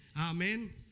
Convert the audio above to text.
Amen